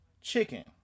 chicken